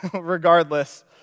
regardless